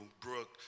Brooke